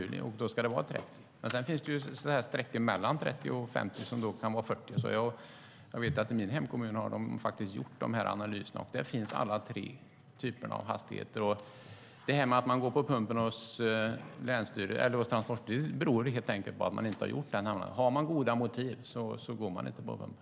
Då ska det vara 30. Sedan finns det sträckor mellan 30 och 50 där man kan ha 40. I min hemkommun har man gjort dessa analyser, och där finns alla tre typerna av hastighet. Att man går på pumpen hos länsstyrelsen eller Transportstyrelsen beror helt enkelt på att man inte har gjort hemläxan. Har man goda motiv går man inte på pumpen.